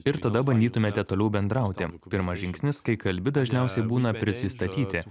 ir tada bandytumėte toliau bendrauti pirmas žingsnis kai kalbi dažniausiai būna prisistatyti